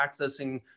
accessing